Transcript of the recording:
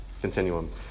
continuum